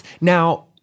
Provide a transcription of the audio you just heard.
Now—